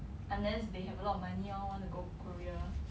unless they have a lot of money lor want to go Korea